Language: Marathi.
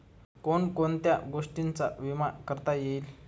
कोण कोणत्या गोष्टींचा विमा करता येईल?